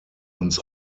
uns